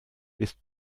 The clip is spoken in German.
ist